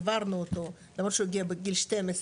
העברנו אותו למרות שהוא הגיע בגיל 12,